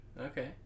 Okay